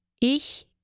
Ich